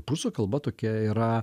prūsų kalba tokia yra